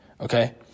okay